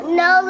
no